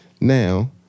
Now